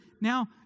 Now